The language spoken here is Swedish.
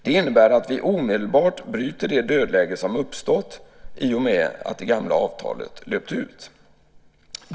Det innebär att vi omedelbart bryter det dödläge som uppstått i och med att det gamla avtalet löpt ut.